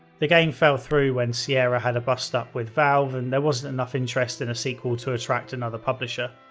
the game fell through when sierra had a bust up with valve and there wasn't enough interest in a sequel to attract another publisher.